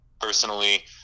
personally